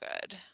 good